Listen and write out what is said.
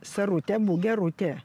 sarutė būk gerutė